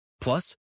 Plus